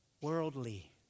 Worldly